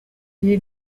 ibi